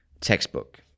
textbook